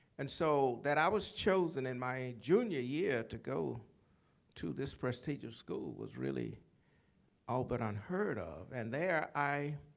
and so that i was chosen in my junior year to go to this prestigious school was really all but unheard of. and there, i